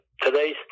today's